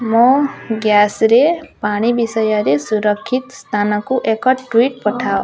ମୋ ଗ୍ୟାସ୍ରେ ପାଣି ବିଷୟରେ ସୁରକ୍ଷିତ ସ୍ଥାନକୁ ଏକ ଟୁଇଟ୍ ପଠାଅ